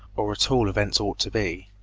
or at all events ought to be.